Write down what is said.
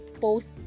post